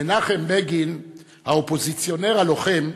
מנחם בגין, האופוזיציונר הלוחם,